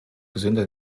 gesünder